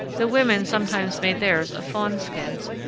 the women sometimes made theirs of fawnskins,